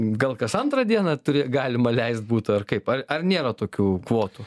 gal kas antrą dieną turi galima leist butą ar kaip ar ar nėra tokių kvotų